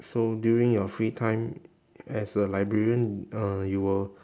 so during your free time as a librarian uh you will